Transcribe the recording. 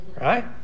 Right